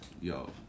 yo